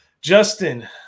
Justin